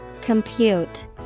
Compute